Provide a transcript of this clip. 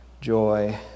joy